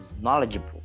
knowledgeable